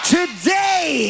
Today